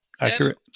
accurate